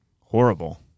horrible